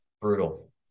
brutal